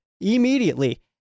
immediately